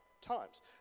times